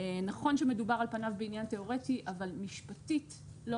נכון שמדובר על פניו בעניין תיאורטי אבל משפטית לא